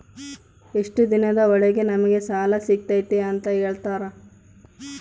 ಎಷ್ಟು ದಿನದ ಒಳಗೆ ನಮಗೆ ಸಾಲ ಸಿಗ್ತೈತೆ ಅಂತ ಹೇಳ್ತೇರಾ?